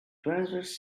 transverse